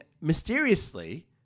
mysteriously